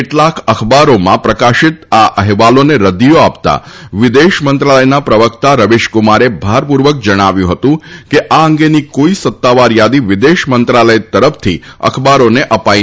કેટલાક અખબારોમાં પ્રકાશિત આ અહેવાલોને રદિયો આપતા વિદેશ મંત્રાલયના પ્રવક્તા રવિશકુમારે ભારપૂર્વક જણાવ્યું હતું કે આ અંગેની કોઇ સત્તાવાર યાદી વિદેશ મંત્રાલય તરફથી અખબારોને અપાઇ નથી